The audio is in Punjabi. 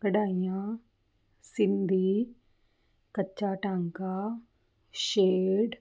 ਕਡਾਈਆਂ ਸਿੰਦੀ ਕੱਚਾ ਟਾਂਕਾ ਸ਼ੇਡ